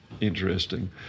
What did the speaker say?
interesting